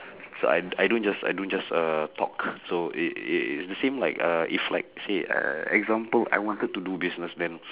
so I I don't I don't just uh talk so it it's the same like uh if like let's say e~ example I wanted to do business then